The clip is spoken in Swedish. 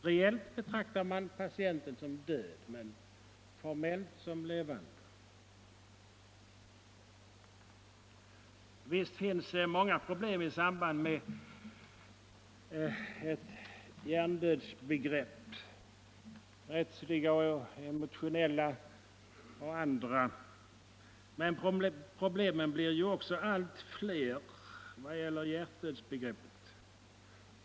Reellt betraktar man patienten som död men formellt som levande. Visst finns det många problem i samband med införandet av ett hjärndödsbegrepp — rättsliga, emotionella och andra — men problemen blir ju också allt fler i vad gäller hjärtdödsbegreppet.